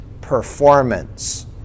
performance